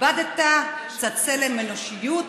איבדת קצת צלם אנושיות